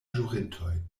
ĵurintoj